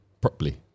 properly